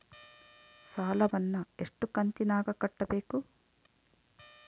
ಸಾಲವನ್ನ ಎಷ್ಟು ಕಂತಿನಾಗ ಕಟ್ಟಬೇಕು?